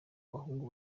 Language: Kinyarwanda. abahungu